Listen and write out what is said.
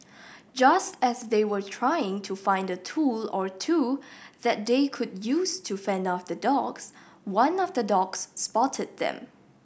just as they were trying to find a tool or two that they could use to fend off the dogs one of the dogs spotted them